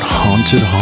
haunted